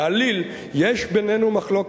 בעליל, יש בינינו מחלוקת.